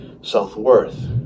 self-worth